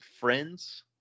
friends